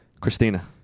Christina